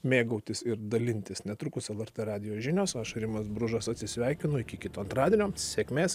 mėgautis ir dalintis netrukus lrt radijo žinios aš rimas bružas atsisveikinu iki kito antradienio sėkmės